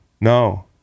No